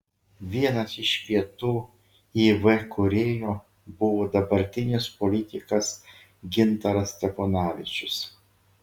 vienas iš pietų iv kūrėjų buvo dabartinis politikas gintaras steponavičius